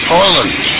Poland